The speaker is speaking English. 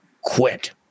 quit